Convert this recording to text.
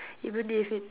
even if it